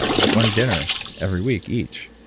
ah one dinner every week, each.